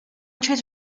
trees